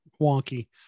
wonky